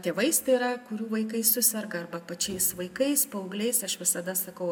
tėvais tai yra kurių vaikai suserga arba pačiais vaikais paaugliais aš visada sakau